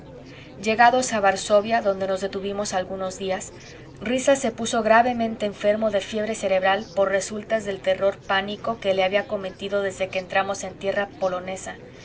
llegados a varsovia donde nos detuvimos algunos días risas se puso gravemente enfermo de fiebre cerebral por resultas del terror pánico que le había acometido desde que entramos en tierra polonesa